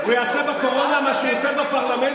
הוא יעשה בקורונה מה שהוא עושה בפרלמנט,